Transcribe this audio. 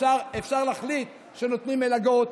אפשר להחליט שנותנים מלגות,